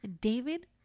david